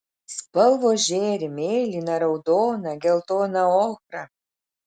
spalvos žėri mėlyna raudona geltona ochra